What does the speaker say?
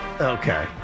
Okay